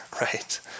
right